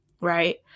Right